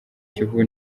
kivu